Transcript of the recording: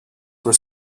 were